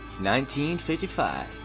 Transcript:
1955